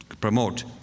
promote